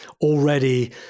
already